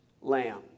lamb